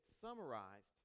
summarized